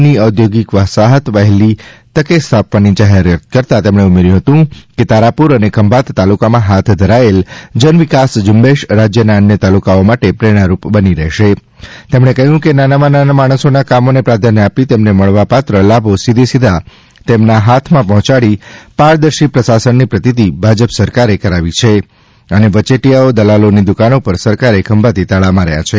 ની ઔધ્યોગિક વસાહત વહેલી તકે સ્થાપવાની જાહેરાત કરતાં તેમણે ઉમેર્યું હતું કે તારાપુર અને ખંભાત તાલુકામાં હાથ ધરાયેલ જન વિકાસ ઝુંબેશ રાજ્યના અન્ય તાલુકાઓ માટે પ્રેરણારૂપ બની રહેશે તેમણે કહ્યું હતું કે નાનામાં નાના માણસોના કામોને પ્રાધાન્ય આપી તેમને મળવાપાત્ર લાભો સીધે સીધા તેમના હાથમાં પહોંચાડી પારદર્શી પ્રસાશનની પ્રતિતિ ભાજપ સરકારે કરાવી છે અને વચેટીયાઓ દલાલોની દુકાનો પર સરકારે ખંભાતી તાળા માર્યા છે